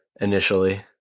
initially